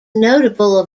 notable